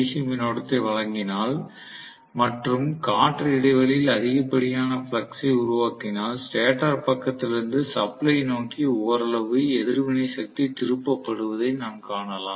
C மின்னோட்டத்தை வழங்கினால் மற்றும் காற்று இடைவெளியில் அதிகப்படியான பிளக்ஸ் ஐ உருவாக்கினால் ஸ்டேட்டர் பக்கத்திலிருந்து சப்ளை நோக்கி ஓரளவு எதிர்வினை சக்தி திருப்ப படுவதை நான் காணலாம்